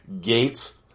Gates